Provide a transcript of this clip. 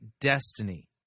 destiny